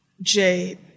Jade